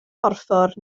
porffor